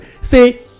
say